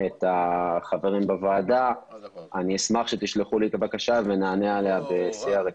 את החברים בוועדה אני אשמח שתשלחו לי את הבקשה ונענה עליה בשיא הרצינות.